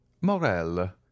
morel